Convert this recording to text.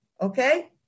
Okay